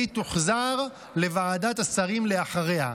והיא תוחזר לוועדת השרים לאחריה.